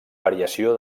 variació